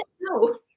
no